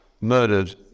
murdered